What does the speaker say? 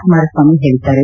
ಕುಮಾರಸ್ವಾಮಿ ಹೇಳಿದ್ದಾರೆ